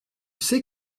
sais